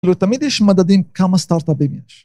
אבל תמיד יש מדדים כמה סטארט-אפים יש.